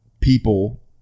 people